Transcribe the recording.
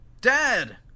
Dad